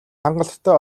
хангалттай